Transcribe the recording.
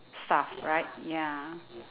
staff right ya